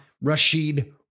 Rashid